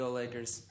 lakers